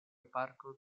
parko